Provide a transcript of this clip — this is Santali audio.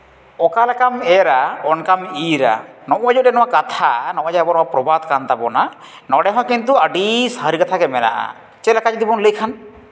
ᱚᱠᱟ ᱞᱮᱠᱟᱢ ᱮᱨᱟ ᱚᱱᱠᱟᱢ ᱤᱨᱟ ᱱᱚᱜᱼᱚᱭ ᱡᱮ ᱢᱤᱫᱴᱟᱱ ᱠᱟᱛᱷᱟ ᱱᱚᱜᱼᱚᱭ ᱡᱮ ᱱᱚᱣᱟ ᱯᱨᱚᱵᱟᱫ ᱠᱟᱱ ᱛᱟᱵᱳᱱᱟ ᱱᱚᱸᱰᱮ ᱦᱚᱸ ᱠᱤᱱᱛᱩ ᱟᱹᱰᱤ ᱥᱟᱹᱨᱤ ᱠᱟᱛᱷᱟ ᱜᱮ ᱢᱮᱱᱟᱜᱼᱟ ᱪᱮᱫ ᱞᱮᱠᱟ ᱡᱩᱫᱤ ᱵᱚᱱ ᱞᱟᱹᱭᱠᱷᱟᱱ